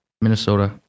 Minnesota